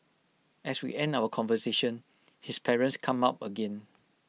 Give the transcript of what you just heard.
as we end our conversation his parents come up again